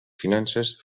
finances